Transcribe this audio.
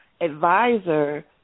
advisor